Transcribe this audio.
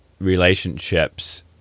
relationships